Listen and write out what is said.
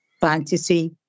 fantasy